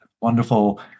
wonderful